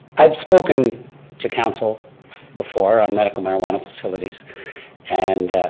i've spoken to council before on medical marijuana facilities and